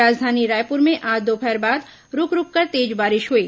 राजधानी रायपुर में आज दोपहर बाद रूक रूककर तेज बारिश हुई